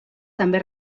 també